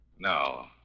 No